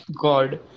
God